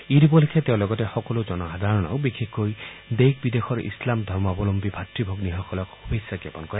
ঈদ উপলক্ষে তেওঁ লগতে সকলো জনসাধাৰণকে বিশেষকৈ দেশ বিদেশৰ ইছলাম ধৰ্মৱলম্বী ভাতৃ ভগ্নীসকলক শুভেছা জাপন কৰে